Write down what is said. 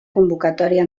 convocatòria